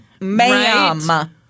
ma'am